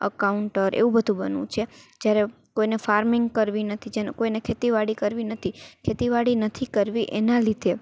accountant એવું બધું બનવું છે જયારે કોઈને ફાર્મિંગ કરવી નથી જેને કોઈને ખેતી વાડી કરવી નથી ખેતી વાડી નથી કરવી એનાં લીધે